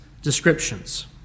descriptions